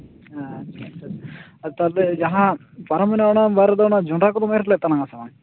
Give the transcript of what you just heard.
ᱟᱪᱪᱷᱟ ᱪᱷᱟ ᱪᱷᱟ ᱟᱨ ᱛᱟᱦᱚᱞᱮ ᱡᱟᱦᱟᱸ ᱯᱟᱨᱚᱢᱮᱱᱟ ᱚᱱᱟ ᱵᱟᱨ ᱨᱮᱫᱚ ᱚᱱᱟ ᱡᱚᱱᱰᱨᱟ ᱠᱫᱚᱢ ᱮᱨ ᱞᱮᱫ ᱛᱟᱞᱟᱝᱟ ᱟᱥᱮ ᱵᱟᱝ